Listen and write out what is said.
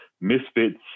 misfits